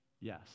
Yes